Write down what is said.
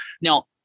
Now